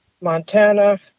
Montana